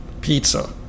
Pizza